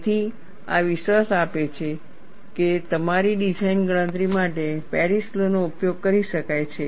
તેથી આ વિશ્વાસ આપે છે કે તમારી ડિઝાઇન ગણતરી માટે પેરિસ લૉ નો ઉપયોગ કરી શકાય છે